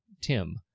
Tim